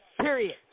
Period